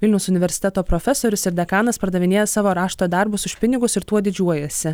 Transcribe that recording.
vilniaus universiteto profesorius ir dekanas pardavinėja savo rašto darbus už pinigus ir tuo didžiuojasi